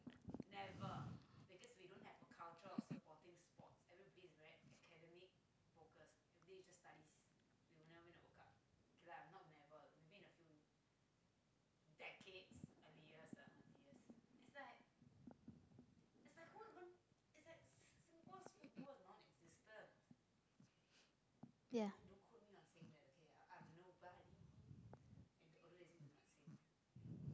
ya